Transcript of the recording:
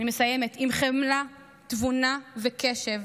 אני מסיימת, עם חמלה, תבונה וקשב.